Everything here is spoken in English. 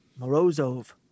Morozov